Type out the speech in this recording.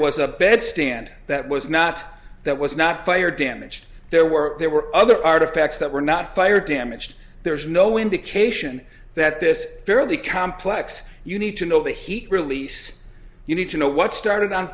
was a bed stand that was not that was not fire damaged there were there were other artifacts that were not fire damaged there's no indication that this fairly complex you need to know the heat release you need to know what started on